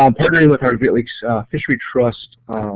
um partnering with our great lakes fishery trust